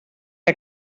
que